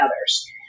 others